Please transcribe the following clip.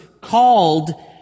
called